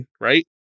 right